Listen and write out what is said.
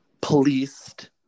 policed